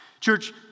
Church